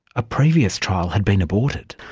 a previous trial had been aborted.